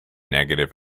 negative